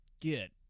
get